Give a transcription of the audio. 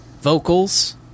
vocals